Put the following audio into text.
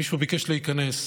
מישהו ביקש להיכנס,